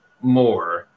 more